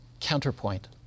Counterpoint